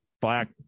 black